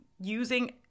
using